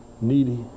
needy